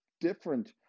different